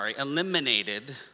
eliminated